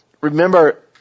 Remember